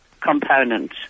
component